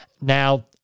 Now